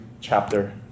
chapter